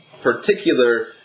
particular